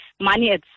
money